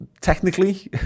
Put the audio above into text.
technically